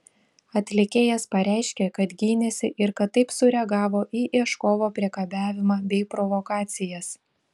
atlikėjas pareiškė kad gynėsi ir kad taip sureagavo į ieškovo priekabiavimą bei provokacijas